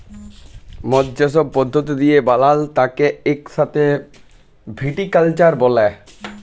মদ যে সব পদ্ধতি দিয়ে বালায় তাকে ইক সাথে ভিটিকালচার ব্যলে